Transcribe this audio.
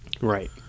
Right